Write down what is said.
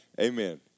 Amen